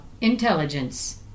intelligence